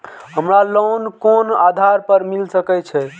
हमरा लोन कोन आधार पर मिल सके छे?